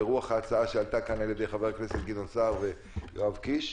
ברוח ההצעה שעלתה כאן על ידי חבר הכנסת גדעון סער ויואב קיש.